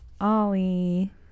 Ollie